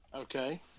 Okay